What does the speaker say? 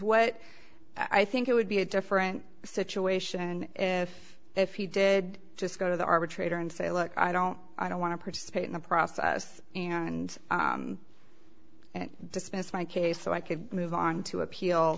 what i think it would be a different situation if if he did just go to the arbitrator and say look i don't i don't want to participate in the process and and dismissed my case so i could move on to appeal